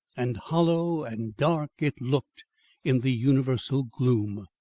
and hollow and dark it looked in the universal gloom.